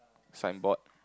signboard